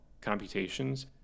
computations